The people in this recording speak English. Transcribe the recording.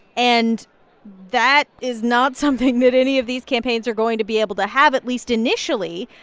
and that is not something that any of these campaigns are going to be able to have, at least initially.